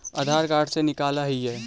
आधार card से निकाल हिऐ?